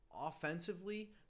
Offensively